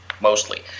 mostly